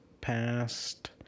past